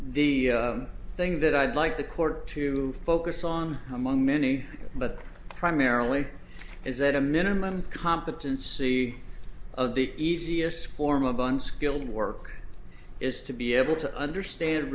e thing that i'd like the court to focus on among many but primarily is that a minimum competency of the easiest form of on skilled work is to be able to understand